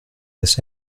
this